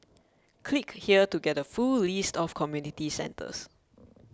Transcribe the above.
click here to get a full list of community centres